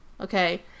okay